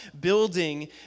building